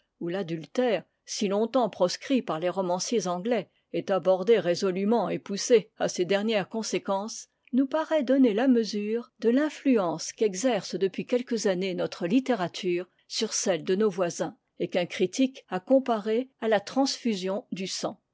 l'adultère si longtemps proscrit par les romanciers anglais est abordé résolument et poussé à ses dernières conséquences nous paraît donner la mesure de l'influence qu'exerce depuis quelques années notre littérature sur celle de nos voisins et qu'un critique a comparée à la transfusion du sang